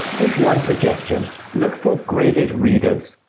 here's one suggestion look for graded readers.